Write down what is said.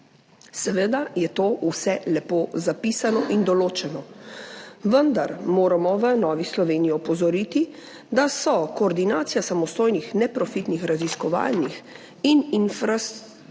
Seveda je to vse lepo zapisano in določeno, vendar moramo v Novi Sloveniji opozoriti, da so koordinacija samostojnih neprofitnih raziskovalnih in infrastrukturnih